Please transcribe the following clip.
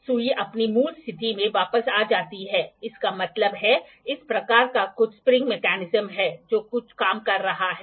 जब हम एंगल को मापने की कोशिश करते हैं तो हम हमेशा इसे डिग्री और रेडियन के रूप में रिपोर्ट करने का प्रयास करते हैं